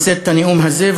לשאת את הנאום הזה,